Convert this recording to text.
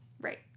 right